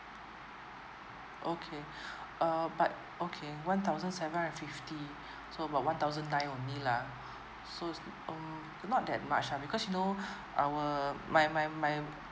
okay err but okay one thousand seven hundred and fifty so about one thousand nine only lah so is not oh do not that much uh because you know our my my my